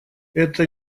это